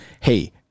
hey